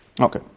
Okay